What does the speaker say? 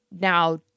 Now